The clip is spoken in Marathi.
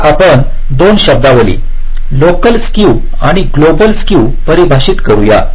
आता आपण 2 शब्दावली लोकल स्केव आणि ग्लोबल स्केव परिभाषित करूया